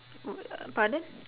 uh pardon